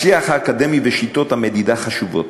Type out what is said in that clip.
השיח האקדמי ושיטות המדידה חשובים,